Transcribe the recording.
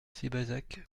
sébazac